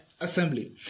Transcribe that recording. assembly